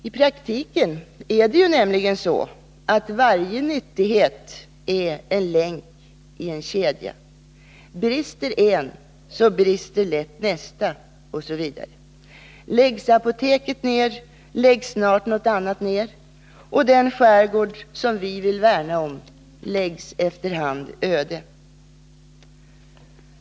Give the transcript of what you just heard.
I praktiken är det ju så att varje nyttighet är en länk i en kedja. Brister en brister lätt nästa osv. Läggs apoteket ned läggs snart något annat ned, och den skärgård som vi vill värna om läggs efter hand öde.